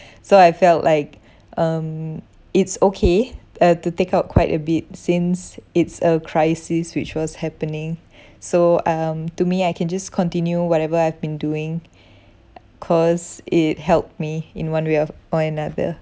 so I felt like um it's okay uh to take out quite a bit since it's a crisis which was happening so um to me I can just continue whatever I've been doing cause it helped me in one way of or another